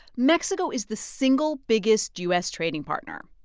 mexico is the single biggest u s. trading partner.